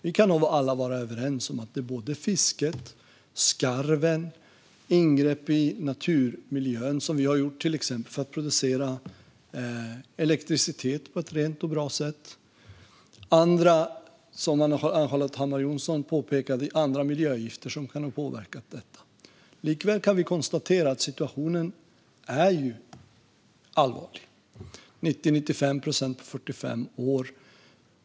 Vi kan nog alla vara överens om att det handlar om såväl fisket som skarven och de ingrepp som vi har gjort i naturmiljön, till exempel för att producera elektricitet på ett rent och bra sätt. Som Ann-Charlotte Hammar Johnsson påpekar kan andra miljögifter ha påverkat detta. Vi kan likväl konstatera att situationen är allvarlig - en minskning med 90-95 procent på 45 år.